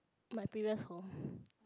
my previous home